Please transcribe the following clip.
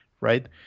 right